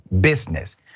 business